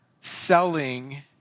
selling